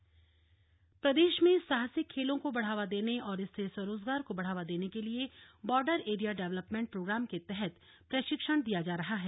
cycling प्रशिक्षण प्रदेश में साहसिक खेलो को बढ़ावा देने और इससे स्वरोजगार को बढ़ावा देने के लिए बॉर्डर एरिया डेवलपमेंट प्रोग्राम के तहत प्रशिक्षण दिया जा रहा है